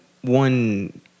one